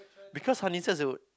because honey stars it would